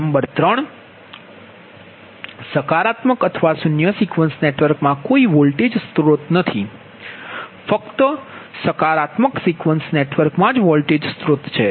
number 3 નકારાત્મક અથવા શૂન્ય સિક્વન્સ નેટવર્કમાં કોઈ વોલ્ટેજ સ્રોત નથી ફક્ત સકારાત્મક સિક્વન્સ નેટવર્કમાં વોલ્ટેજ સ્રોત છે